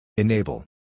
Enable